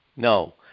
No